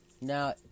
Now